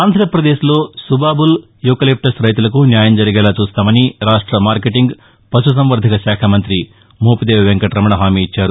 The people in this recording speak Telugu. ఆంధ్రాప్రదేశ్లో సుబాబుల్ యూకలిప్టస్ రైతులకు న్యాయం జరిగేలా చూస్తామని రాష్ట మార్కెటింగ్ పశుసంవర్ణకశాఖ మంత్రి మోపిదేవి వెంకటరమణ హామీ ఇచ్చారు